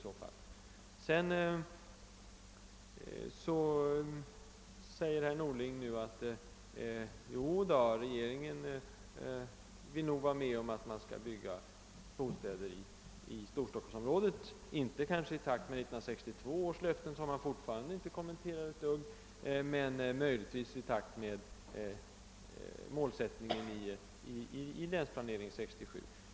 Sedan säger herr Norling: Jo, regeringen vill visst vara med om att man skall bygga bostäder i Storstockholmsområdet, kanske inte i takt med 1962 års löfte, som han fortfarande inte alls kommenterar, men möjligtvis i takt med målsättningen i Länsplanering 67.